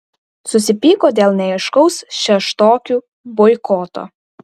susipyko dėl neaiškaus šeštokių boikoto